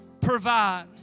provide